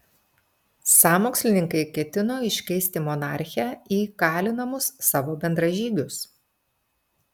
sąmokslininkai ketino iškeisti monarchę į kalinamus savo bendražygius